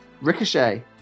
Ricochet